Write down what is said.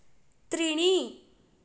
त्रीणि